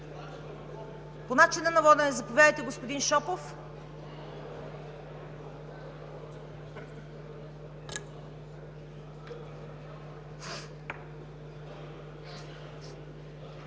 По начина на водене – заповядайте, господин Шопов.